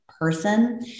person